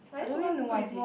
I don't really know what is it